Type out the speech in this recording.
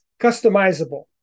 customizable